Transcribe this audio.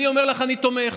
אני אומר לך שאני תומך.